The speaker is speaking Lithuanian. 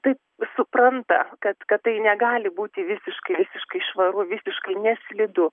taip supranta kad kad tai negali būti visiškai visiškai švaru visiškai neslidu